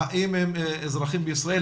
האם הם אזרחים בישראל?